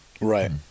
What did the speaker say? Right